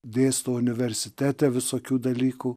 dėsto universitete visokių dalykų